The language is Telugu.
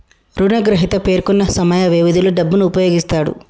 రుణగ్రహీత పేర్కొన్న సమయ వ్యవధిలో డబ్బును ఉపయోగిస్తాడు